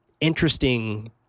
interesting